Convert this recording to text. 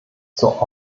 zur